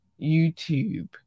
YouTube